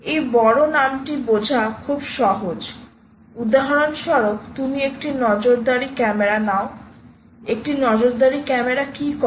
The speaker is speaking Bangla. এই বড় নামটি বোঝা খুব সহজ উদাহরণস্বরূপ তুমি একটি নজরদারি ক্যামেরা নাও একটি নজরদারি ক্যামেরা কী করে